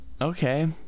Okay